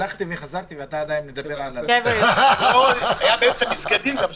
הלכתי-חזרתי ואתה עדיין מדבר על --- היה באמצע מסגדים גם,